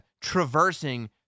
traversing